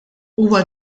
huwa